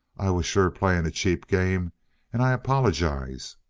i was sure playing a cheap game and i apologize,